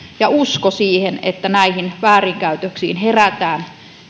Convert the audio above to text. ja usko siihen että näihin väärinkäytöksiin herätään